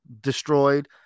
destroyed